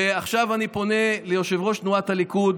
עכשיו אני פונה ליושב-ראש תנועת הליכוד